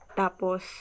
tapos